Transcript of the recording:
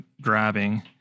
grabbing